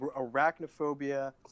arachnophobia